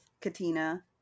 Katina